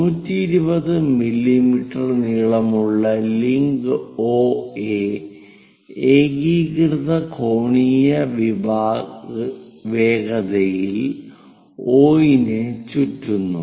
120 millimetre നീളമുള്ള link OA ഏകീകൃത കോണീയ വേഗതയിൽ O നെ ചുറ്റുന്നു